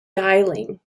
dialing